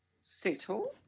settle